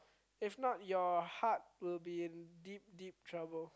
if not your heart will be in deep deep trouble